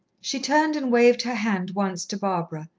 she turned and waved her hand once to barbara,